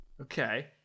okay